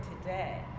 today